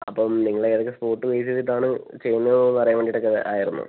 അപ്പം നിങ്ങളേതൊക്കെ spot base ചെയ്തിട്ടാണ് ചെയ്യുന്നേന്നൊന്ന് അറിയാൻ വേണ്ടീട്ടൊക്കെയായിരുന്നു